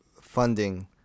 funding